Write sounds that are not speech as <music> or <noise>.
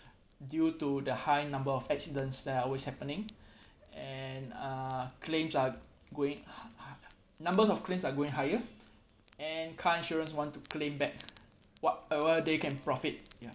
due to the high number of accidents that are always happening <breath> and uh claims are going high high number of claims are going higher and car insurance want to claim back whatever they can profit ya